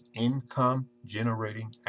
income-generating